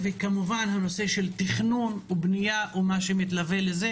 וכמובן הנושא של תכנון ובנייה ומה שמתלווה לזה.